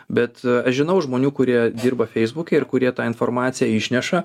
bet aš žinau žmonių kurie dirba feisbuke ir kurie tą informaciją išneša